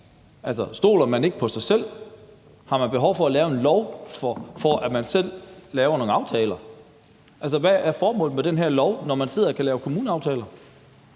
stoler man ikke på sig selv? Har man behov for at lave en lov for, at man selv laver nogle aftaler? Altså, hvad er formålet med den her lov, når man sidder og kan lave kommuneaftaler?